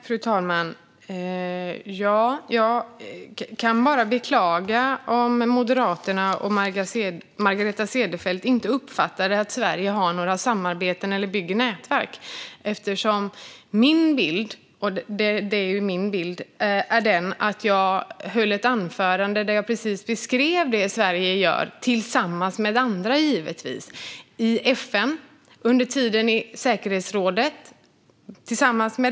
Fru talman! Jag kan bara beklaga om Moderaterna och Margareta Cederfelt inte uppfattar att Sverige har några samarbeten eller bygger nätverk. Min bild, och det är ju min bild, är att jag precis höll ett anförande där jag beskrev det Sverige gör - tillsammans med andra givetvis - till exempel i FN, under tiden i säkerhetsrådet.